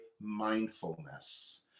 mindfulness